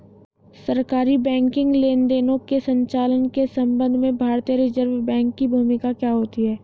सरकारी बैंकिंग लेनदेनों के संचालन के संबंध में भारतीय रिज़र्व बैंक की भूमिका क्या होती है?